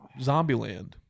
Zombieland